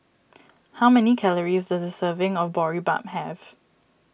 how many calories does a serving of Boribap have